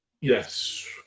Yes